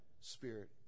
spirit